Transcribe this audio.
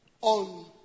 on